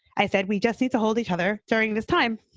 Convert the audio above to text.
i said we just need to hold each other during this time.